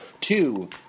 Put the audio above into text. Two